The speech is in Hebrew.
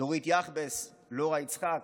דורית יחבס, לורה יצחק,